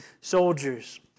soldiers